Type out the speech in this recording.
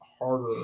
harder